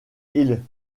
ils